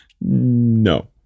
No